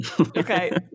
Okay